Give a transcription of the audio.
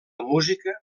música